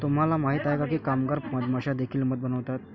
तुम्हाला माहित आहे का की कामगार मधमाश्या देखील मध बनवतात?